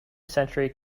century